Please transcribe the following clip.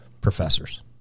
professors